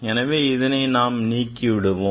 எனவே இதனை நீக்கி விடுவோம்